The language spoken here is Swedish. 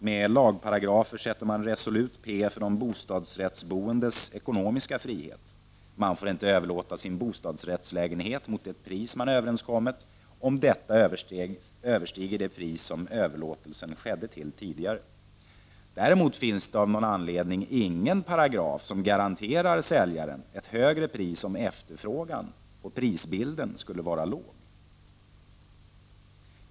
Med lagparagrafer sätter man resolut ”p” för de bostadsrättsboendes ekonomiska frihet. Man får inte överlåta sin bostadsrättslägenhet mot det pris man överenskommit, om detta överstiger det pris som överlåtelsen skedde till tidigare. Däremot finns det av någon anledning ingen paragraf som garanterar säljaren ett högre pris, om efterfrågan och prisbilden skulle vara låg.